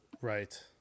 Right